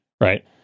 right